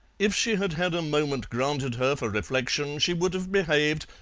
if she had had a moment granted her for reflection she would have behaved,